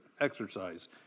exercise